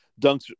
dunks